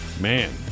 Man